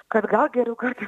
kad gal geriau kartais